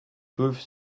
peuvent